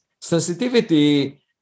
sensitivity